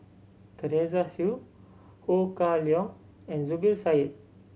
Teresa Hsu Ho Kah Leong and Zubir Said